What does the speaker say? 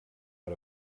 out